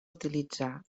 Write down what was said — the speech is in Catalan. utilitzar